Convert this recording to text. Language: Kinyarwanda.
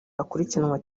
akurikiranwa